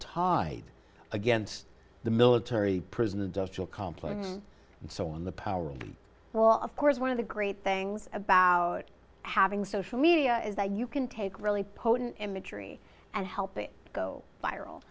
tide against the military prison industrial complex and so on the power well of course one of the great things about having social media is that you can take really potent imagery and help it go viral